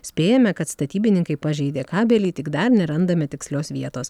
spėjame kad statybininkai pažeidė kabelį tik dar nerandame tikslios vietos